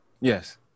Yes